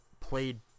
played